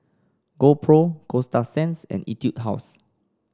GoPro Coasta Sands and Etude House